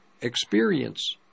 experience